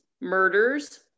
murders